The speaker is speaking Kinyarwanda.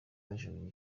bajuririra